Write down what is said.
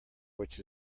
which